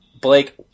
blake